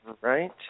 right